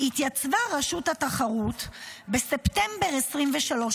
התייצבה רשות התחרות בספטמבר 2023,